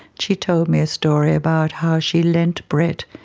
she told me a story about how she lent brett,